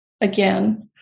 again